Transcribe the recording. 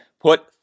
put